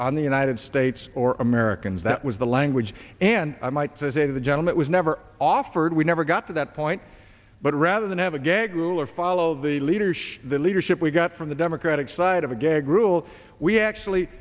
on the united states or americans that was the language and i might say the gentleman was never offered we never got to that point but rather than have a gag rule or follow the leadership the leadership we got from the democratic side of a gag rule we actually